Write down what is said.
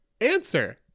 Answer